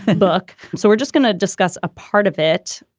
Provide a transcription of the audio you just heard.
book. so we're just going to discuss a part of it.